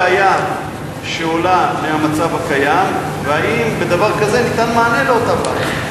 מה הבעיה שעולה מהמצב הקיים ואם בדבר כזה ניתן מענה על אותה בעיה.